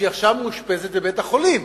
שעכשיו היא מאושפזת בבית-החולים.